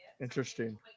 Interesting